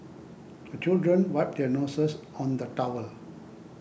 the children wipe their noses on the towel